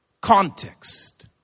Context